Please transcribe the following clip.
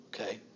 Okay